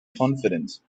confident